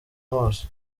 hose